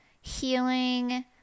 healing